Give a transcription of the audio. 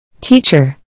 Teacher